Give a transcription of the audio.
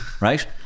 Right